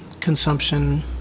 consumption